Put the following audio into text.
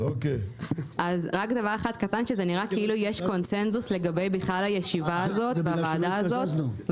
נראה כאילו יש קונצנזוס לגבי הישיבה הזאת בוועדה הזאת,